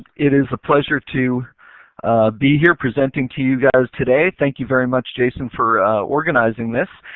it is a pleasure to be here presenting to you guys today. thank you very much jason for organizing this.